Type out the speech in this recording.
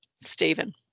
Stephen